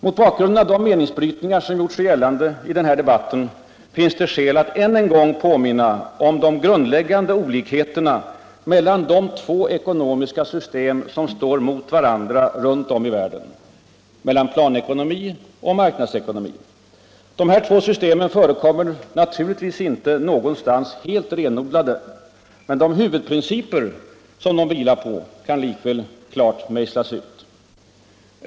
Mot bakgrunden av de meningsbrytningar som gjort sig gällande i denna debatt, finns det skäl att än en gång påminna om de grundläggande olikheterna mellan de två ekonomiska system som står emot varandra runt om i världen — mellan planekonomi och marknadsekonomi. Dessa två system förekommer naturligtvis inte någonstans helt renodlade. De huvudprinciper som de vilar på kan likväl klart utmejslas.